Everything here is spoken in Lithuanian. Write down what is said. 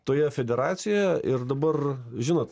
toje federacijoje ir dabar žinot